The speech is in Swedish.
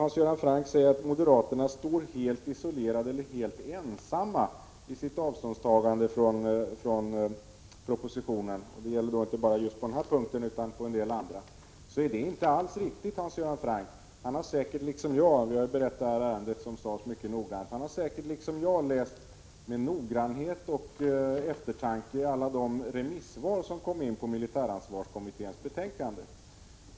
Hans Göran Franck säger att moderaterna står helt ensamma i sitt avståndstagande från propositionen, inte bara på denna punkt utan också på en del andra punkter, men det är inte alls riktigt. Hans Göran Franck har säkert, liksom jag, berett detta ärende mycket noggrant. Han har säkert, liksom jag, med noggrannhet och eftertanke läst alla remissvar på militäransvarskommitténs betänkande.